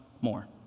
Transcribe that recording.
more